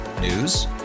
News